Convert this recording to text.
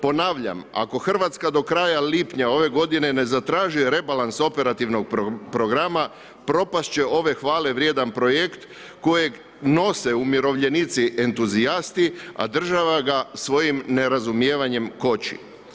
Ponavljam, ako Hrvatska do kraja lipnja ove godine ne zatraži rebalans operativnog programa, propast će ove hvalevrijedan projekt kojeg nose umirovljenici entuzijasti a država ga svojim nerazumijevanjem koči.